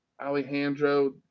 Alejandro